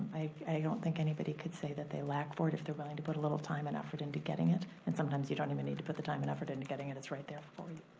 i don't think anybody could say that they lack for it if they're willing to put a little time and effort into getting it. and sometimes you don't even need to put the time and effort into getting it, it's right there for you.